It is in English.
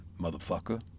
motherfucker